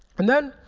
and then